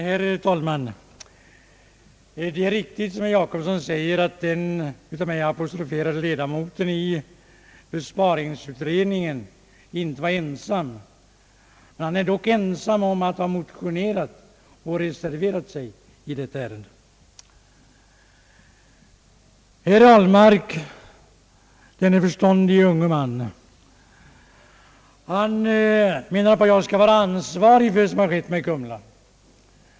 Herr talman! Det är riktigt, som herr Jacobsson säger, att den av mig apostroferade ledamoten i besparingsutredningen inte var ensam. Han är dock ensam om att ha motionerat och reserverat sig i detta ärende. Herr Ahlmark — denna förståndige unge man -— menar att jag skall vara ansvarig för det som har skett med Kumla.